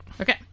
okay